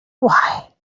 why